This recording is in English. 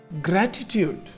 gratitude